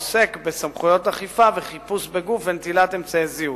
העוסק בסמכויות אכיפה וחיפוש בגוף ונטילת אמצעי זיהוי,